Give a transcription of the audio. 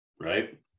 right